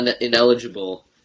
ineligible